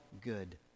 good